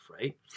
right